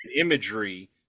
imagery